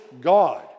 God